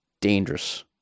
dangerous